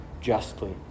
justly